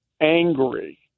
angry